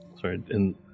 Sorry